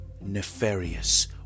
nefarious